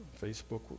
Facebook